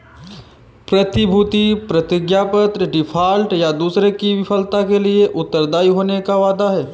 प्रतिभूति प्रतिज्ञापत्र डिफ़ॉल्ट, या दूसरे की विफलता के लिए उत्तरदायी होने का वादा है